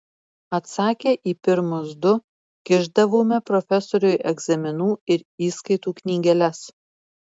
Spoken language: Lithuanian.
atsakę į pirmus du kišdavome profesoriui egzaminų ir įskaitų knygeles